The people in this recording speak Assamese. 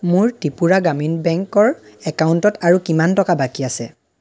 মোৰ ত্ৰিপুৰা গ্ৰামীণ বেংকৰ একাউণ্টত আৰু কিমান টকা বাকী আছে